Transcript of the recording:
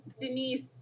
denise